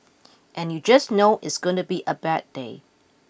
and you just know it's gonna be a bad day